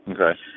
Okay